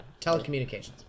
telecommunications